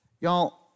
Y'all